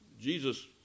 Jesus